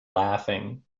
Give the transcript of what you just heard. laughing